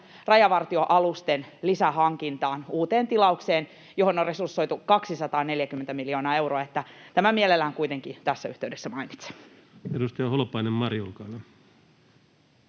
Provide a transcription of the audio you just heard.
rajavartioalusten lisähankintaan, uuteen tilaukseen, johon on resursoitu 240 miljoonaa euroa. Tämän mielelläni kuitenkin tässä yhteydessä mainitsen. Edustaja Holopainen, Mari, olkaa